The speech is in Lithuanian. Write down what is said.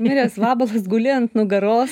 miręs vabalas guli ant nugaros